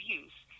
use